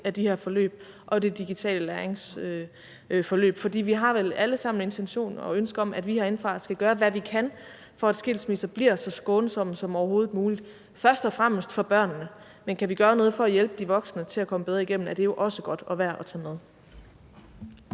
af de her forløb, herunder det digitale læringsforløb. For vi har vel alle sammen en intention og et ønske om, at vi herindefra skal gøre, hvad vi kan, for at skilsmisser bliver så skånsomme som overhovedet muligt, først og fremmest for børnene, men kan vi gøre noget for at hjælpe de voksne til at komme bedre igennem, er det jo også godt og værd at tage med.